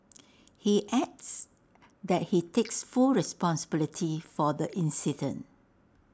he adds that he takes full responsibility for the incident